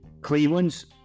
Cleveland's